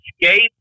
escape